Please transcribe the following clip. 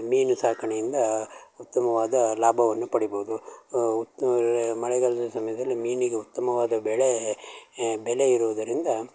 ಮೀನು ಸಾಕಣೆಯಿಂದ ಉತ್ತಮವಾದ ಲಾಭವನ್ನು ಪಡಿಬೋದು ಉತ್ ಮಳೆಗಾಲದ ಸಮಯದಲ್ಲಿ ಮೀನಿಗೆ ಉತ್ತಮವಾದ ಬೆಲೆ ಬೆಲೆ ಇರುವುದರಿಂದ